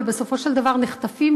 ובסופו של דבר נחטפים,